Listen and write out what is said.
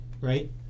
Right